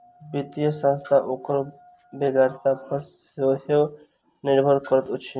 वित्तीय संस्था ओकर बेगरता पर सेहो निर्भर करैत अछि